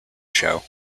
show